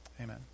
Amen